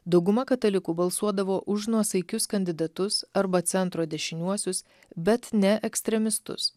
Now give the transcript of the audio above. dauguma katalikų balsuodavo už nuosaikius kandidatus arba centro dešiniuosius bet ne ekstremistus